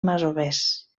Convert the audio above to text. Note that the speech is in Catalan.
masovers